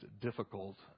difficult